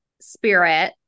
Spirit